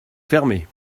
fermé